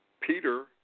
Peter